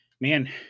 man